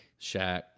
Shaq